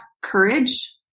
courage